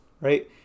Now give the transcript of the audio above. right